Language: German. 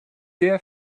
der